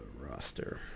roster